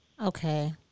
Okay